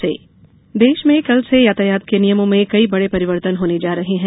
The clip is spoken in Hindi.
यातायात नियम देश में कल से यातायात के नियमों में कई बड़े परिवर्तन होने जा रहे हैं